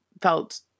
felt